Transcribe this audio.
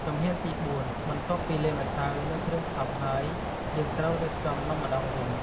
ជំហានទី ៤ បន្ទាប់ពីលាយម្សៅ និងគ្រឿងផ្សំ ហើយយើងត្រូវររៀបចំនំម្ដងវិញ។